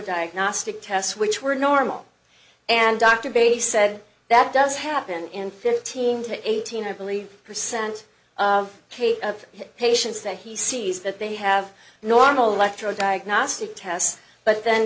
diagnostic tests which were normal and dr bailey said that does happen in fifteen to eighteen i believe percent of cases of patients that he sees that they have normal electro diagnostic tests but then